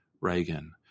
Reagan